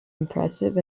impressive